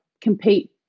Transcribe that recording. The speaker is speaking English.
compete